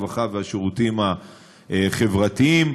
הרווחה והשירותים החברתיים.